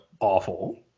awful